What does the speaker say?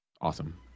awesome